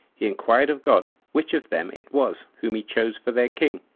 he inquired of god which of them it was whom he chose for their king.